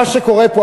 מה שקורה פה,